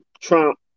Trump